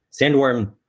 sandworm